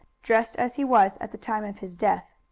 dressed as he was at the time of his death.